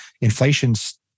inflation's